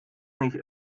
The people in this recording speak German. nicht